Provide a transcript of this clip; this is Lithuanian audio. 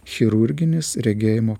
chirurginis regėjimo